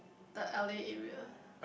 the L_A area